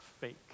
fake